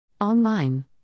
Online